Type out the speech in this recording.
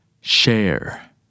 Share